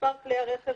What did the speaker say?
מספר כלי הרכב